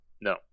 No